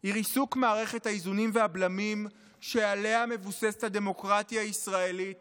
היא ריסוק מערכת האיזונים והבלמים שעליה מבוססת הדמוקרטיה הישראלית